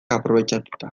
aprobetxatuta